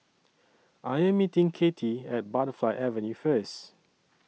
I Am meeting Cathie At Butterfly Avenue First